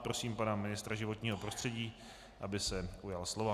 Prosím pana ministra životního prostředí, aby se ujal slova.